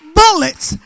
bullets